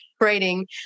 writing